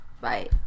bye